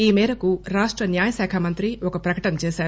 ఈ మేరకు రాష్ట న్యాయ శాఖా మంత్రి ఒక ప్రకటన చేశారు